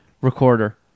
recorder